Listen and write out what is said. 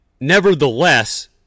nevertheless